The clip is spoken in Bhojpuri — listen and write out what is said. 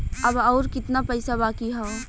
अब अउर कितना पईसा बाकी हव?